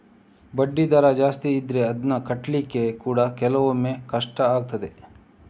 ಬಡ್ಡಿ ದರ ಜಾಸ್ತಿ ಇದ್ರೆ ಅದ್ನ ಕಟ್ಲಿಕ್ಕೆ ಕೂಡಾ ಕೆಲವೊಮ್ಮೆ ಕಷ್ಟ ಆಗ್ತದೆ